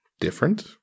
different